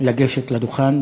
לגשת לדוכן.